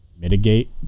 mitigate